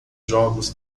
jogos